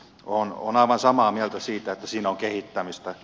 olen aivan samaa mieltä siitä että siinä on kehittämistä